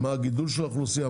מה הגידול של האוכלוסייה,